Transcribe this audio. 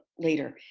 later.